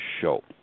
show